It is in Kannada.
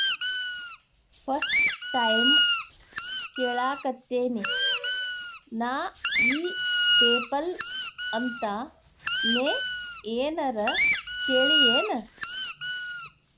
ಫಸ್ಟ್ ಟೈಮ್ ಕೇಳಾಕತೇನಿ ನಾ ಇ ಪೆಪಲ್ ಅಂತ ನೇ ಏನರ ಕೇಳಿಯೇನ್?